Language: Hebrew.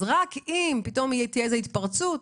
אז רק אם פתאום תהיה איזו התפרצות,